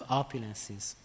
opulences